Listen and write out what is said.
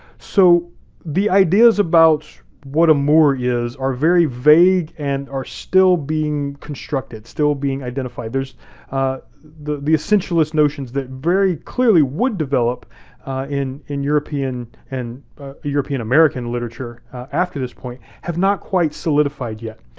so the ideas about what a moor is are very vague and are still being constructed, still being identified. there's the the essentialist notions that very clearly would develop in in european and european american literature after this point have not quite solidified yet.